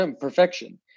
perfection